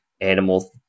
animal